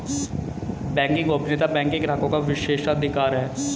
banking गोपनीयता bank के ग्राहकों का विशेषाधिकार है